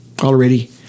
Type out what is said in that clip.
already